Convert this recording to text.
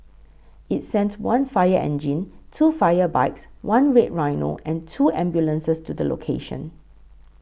it sent one fire engine two fire bikes one Red Rhino and two ambulances to the location